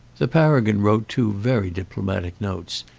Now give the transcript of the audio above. the paragon wrote two very diplomatic notes,